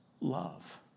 love